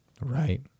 Right